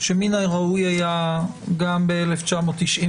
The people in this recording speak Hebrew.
מן הראוי היה גם ב-1994,